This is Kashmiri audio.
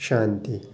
شانتی